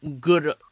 good